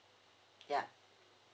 ya